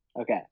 Okay